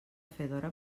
fedora